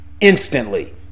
instantly